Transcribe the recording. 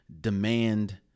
demand